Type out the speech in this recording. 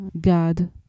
God